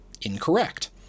incorrect